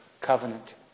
covenant